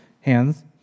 hands